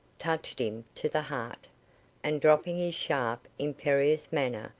touched him to the heart and dropping his sharp, imperious manner,